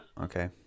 okay